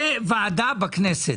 זאת ועדה בכנסת.